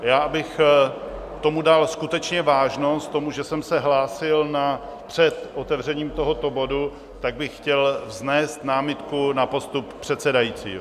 Já abych tomu dal skutečně vážnost, tomu, že jsem se hlásil před otevřením tohoto bodu, tak bych chtěl vznést námitku na postup předsedajícího.